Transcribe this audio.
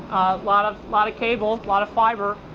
lot of lot of cable, a lot of fiber.